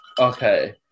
okay